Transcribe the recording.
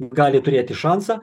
gali turėti šansą